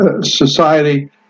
society